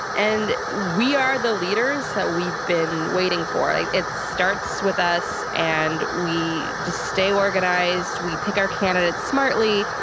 and we are the leaders that we've been waiting for. like it starts with us and we just stay organized. we pick our candidates smartly,